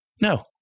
No